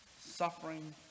suffering